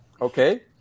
Okay